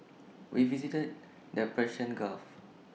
we visited the Persian gulf